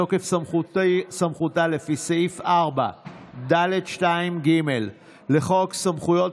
בתוקף סמכותה לפי סעיף 4(ד)(2)(ג) לחוק סמכויות